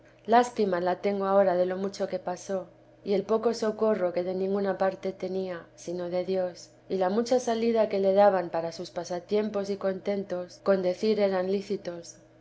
lástima la tengo ahora de lo mucho que pasó y el poco socorro que de ninguna parte tenía sino de dios y la mucha salida que le daban para sus pasatiempos y contentos con decir eran lícitos